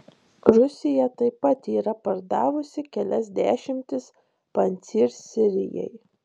rusija taip pat yra pardavusi kelias dešimtis pancyr sirijai